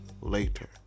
later